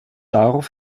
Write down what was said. darauf